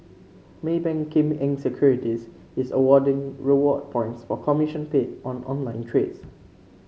Maybank Kim Eng Securities is awarding reward points for commission paid on online trades